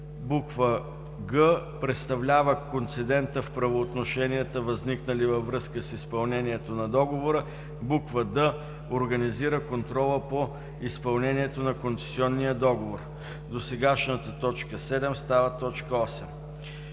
г) представлява концедента в правоотношенията, възникнали във връзка с изпълнението на договора; д) организира контрола по изпълнението на концесионния договор.“ 3. Досегашната точка 7 става точка 8.“